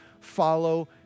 follow